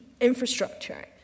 infrastructure